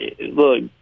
look